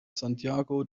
santiago